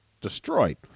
destroyed